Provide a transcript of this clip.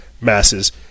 masses